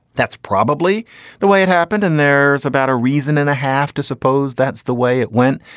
that's probably the way it happened and there is about a reason and a half to suppose. that's the way it went.